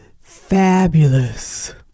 fabulous